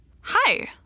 Hi